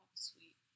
sweet